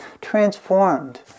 transformed